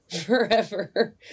forever